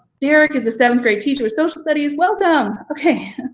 derrick is a seventh grade teacher with social studies, welcome! okay,